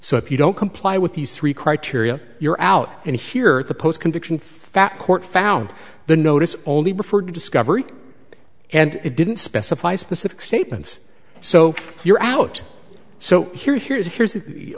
so if you don't comply with these three criteria you're out and here the post conviction fat court found the notice only referred to discovery and it didn't specify specific statements so you're out so here here's here's the